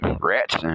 Rats